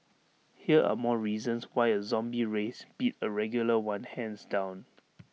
here are more reasons why A zombie race beat A regular one hands down